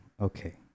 okay